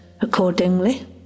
accordingly